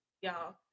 y'all